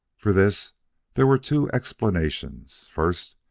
for this there were two explanations first,